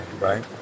right